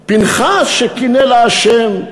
פנחס, שקינא להשם.